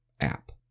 app